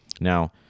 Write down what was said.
Now